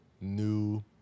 new